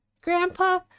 Grandpa